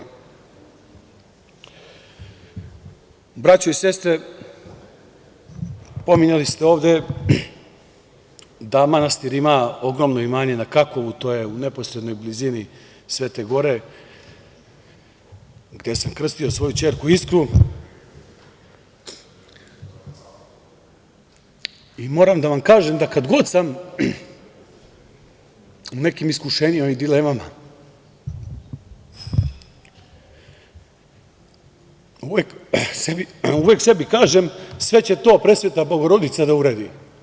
Braćo i sestre, pominjali ste ovde da manastir ima ogromno imanje na Kakovu, to je u neposrednoj blizini Svete Gore gde sam krstio svoju ćerku Iskru i moram da vam kažem da kad god sam u nekim iskušenjima i dilemama uvek sebi kažem – sve će to Presveta Bogorodica da uredi.